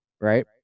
right